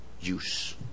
use